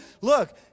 look